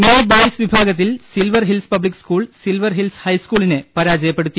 mini boys വിഭാഗത്തിൽ Silver Hills public school Silver Hills ഹൈസ്ക്കൂളിനെ പരാജയപ്പെടുത്തി